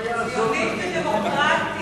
לא יעזור לכם.